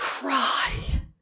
cry